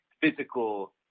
physical